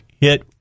hit